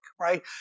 right